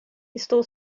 estou